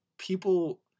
people